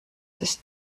ist